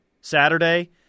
Saturday